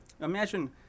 Imagine